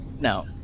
No